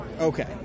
Okay